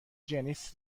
جنیس